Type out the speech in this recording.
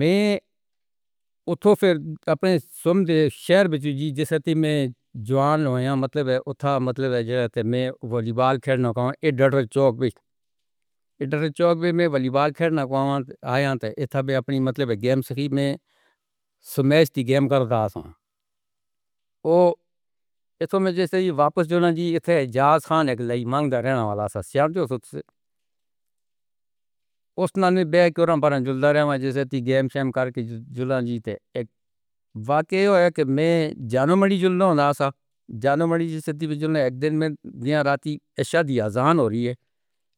میں اُتھو پھر اپنے سُمیت جی میں جوان ہویا مطلب ہے، اُٹھا مطلب ہے۔ اوہ یے تو میں جیسے ہی واپس جوونا جی تھے اک واقعی میں۔ ہو رہی ہے